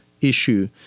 issue